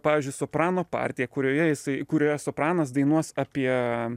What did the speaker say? pavyzdžiui soprano partija kurioje jisai kurioje sopranas dainuos apie